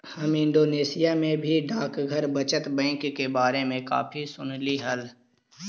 हम इंडोनेशिया में भी डाकघर बचत बैंक के बारे में काफी सुनली हल